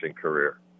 career